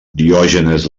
diògenes